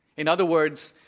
in other words,